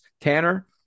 Tanner